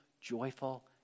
joyful